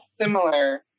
similar